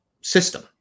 system